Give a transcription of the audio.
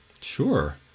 sure